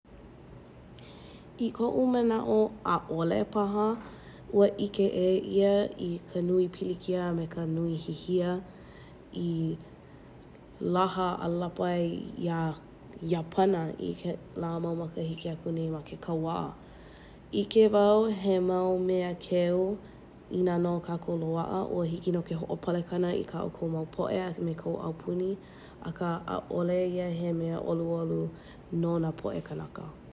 I koʻu manaʻo ʻaʻole paha, ua ʻike e ia i ka nui pilikia me ka nui hihia i laha a lapa ai ia Iapana i kēlā mau makahiki e aku nei ma ke kauā ʻIke wau he mau mea keo i nā no kākou loaʻa a ua hiki no o ka palekana i ka ʻoukou mau poʻe a me kou ʻaupuni akā ʻaʻole ia he mea ʻoluʻolu no nā poʻe kanaka.